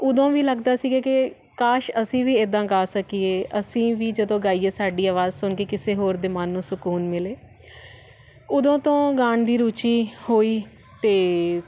ਉਦੋਂ ਵੀ ਲੱਗਦਾ ਸੀਗਾ ਕਿ ਕਾਸ਼ ਅਸੀਂ ਵੀ ਇੱਦਾਂ ਗਾ ਸਕੀਏ ਅਸੀਂ ਵੀ ਜਦੋਂ ਗਾਈਏ ਸਾਡੀ ਆਵਾਜ਼ ਸੁਣ ਕੇ ਕਿਸੇ ਹੋਰ ਦੇ ਮਨ ਨੂੰ ਸਕੂਨ ਮਿਲੇ ਉਦੋਂ ਤੋਂ ਗਾਣ ਦੀ ਰੁਚੀ ਹੋਈ ਅਤੇ